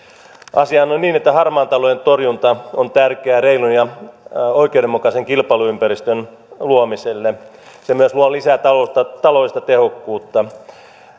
asiahan on niin että harmaan talouden torjunta on tärkeää reilun ja oikeudenmukaisen kilpailuympäristön luomiselle se myös luo lisää taloudellista tehokkuutta